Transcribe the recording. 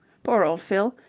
poor old fill!